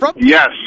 Yes